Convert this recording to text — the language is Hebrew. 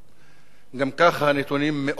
גם כך הנתונים מאוד מדאיגים,